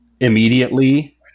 immediately